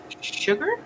Sugar